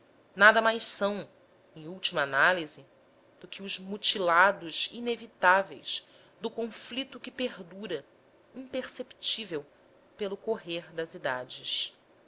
nada mais são em última análise do que os mutilados inevitáveis do conflito que perdura imperceptível pelo correr das idades